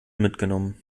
mitgenommen